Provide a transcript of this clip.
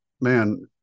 man